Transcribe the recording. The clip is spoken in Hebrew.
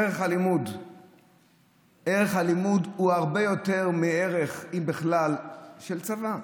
ערך הלימוד הוא הרבה יותר מהערך, אם בכלל, של צבא.